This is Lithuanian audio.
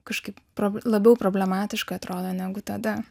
kažkaip pro labiau problematiška atrodo negu tada